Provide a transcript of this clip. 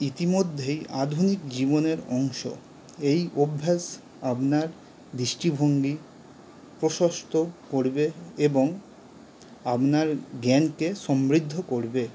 ইতিমধ্যেই আধুনিক জীবনের অংশ এই অভ্যাস আপনার দৃষ্টিভঙ্গি প্রশস্ত করবে এবং আপনার জ্ঞানকে সমৃদ্ধ করবে